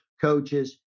coaches